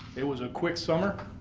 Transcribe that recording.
it was a quick summer.